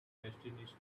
destinies